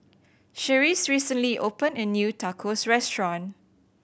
Charisse recently opened a new Tacos Restaurant